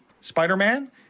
Spider-Man